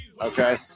Okay